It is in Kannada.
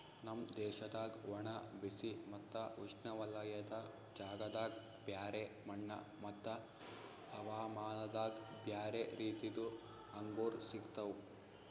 ನಮ್ ದೇಶದಾಗ್ ಒಣ, ಬಿಸಿ ಮತ್ತ ಉಷ್ಣವಲಯದ ಜಾಗದಾಗ್ ಬ್ಯಾರೆ ಮಣ್ಣ ಮತ್ತ ಹವಾಮಾನದಾಗ್ ಬ್ಯಾರೆ ರೀತಿದು ಅಂಗೂರ್ ಸಿಗ್ತವ್